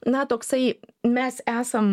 na toksai mes esam